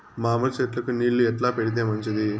మామిడి చెట్లకు నీళ్లు ఎట్లా పెడితే మంచిది?